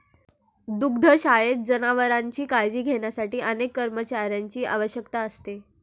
दुग्धशाळेत जनावरांची काळजी घेण्यासाठी अनेक कर्मचाऱ्यांची आवश्यकता असते